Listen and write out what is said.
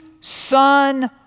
son